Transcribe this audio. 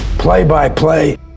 Play-by-play